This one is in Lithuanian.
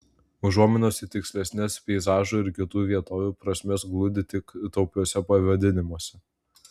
užuominos į tikslesnes peizažų ir kitų vietovių prasmes glūdi tik taupiuose pavadinimuose